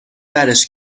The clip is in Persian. برش